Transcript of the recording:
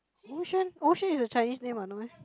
which one Ou xuan is her Chinese name mah no meh